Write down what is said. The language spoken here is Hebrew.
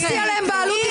אל תתפסו עליהם בעלות.